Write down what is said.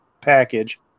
package